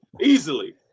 easily